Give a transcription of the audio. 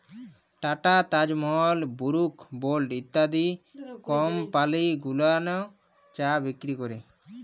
tata, Taj Mahal, Brooke Bond ইত্যাদি company গুলান চা বিক্রি ক্যরে